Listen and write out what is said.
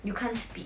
you can't speak